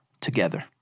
together